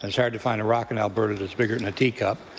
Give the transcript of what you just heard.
it's hard to find a rock in alberta that is bigger than a teaacup,